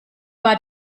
war